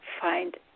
find